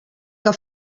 que